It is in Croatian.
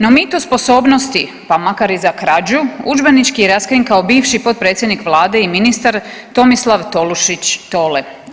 No mito sposobnosti, pa makar i za krađu, udžbenički je raskrinkao bivši potpredsjednik vlade i ministar Tomislav Tolušić Tole.